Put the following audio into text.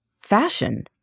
fashion